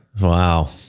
Wow